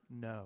no